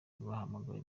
bahamagawe